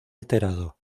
alterado